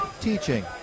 teaching